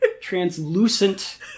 translucent